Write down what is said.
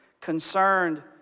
concerned